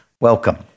welcome